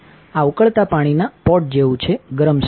આ ઉકળતા પાણીના પોટ જેવું છે ગરમ સ્ટોવ